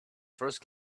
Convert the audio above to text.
first